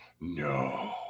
No